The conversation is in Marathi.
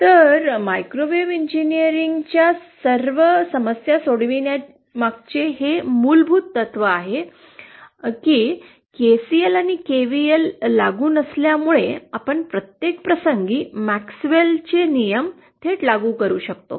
तर मायक्रोवेव्ह इंजिनीअरिंगच्या सर्व समस्या सोडवण्यामागचे हे मूलभूत तत्त्व आहे की केसीएल आणि केव्हीएल लागू नसल्यामुळे आपण प्रत्येक प्रसंगी मॅक्सवेलचे कायदे थेट लागू करू शकतो